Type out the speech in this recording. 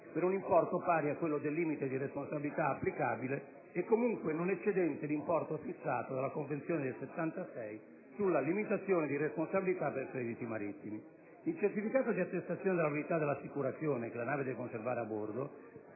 per un importo pari a quello del limite di responsabilità applicabile e, comunque, non eccedente l'importo fissato dalla Convenzione del 1976 sulla limitazione di responsabilità per crediti marittimi. Il certificato di attestazione della validità dell'assicurazione, che la nave deve conservare a bordo,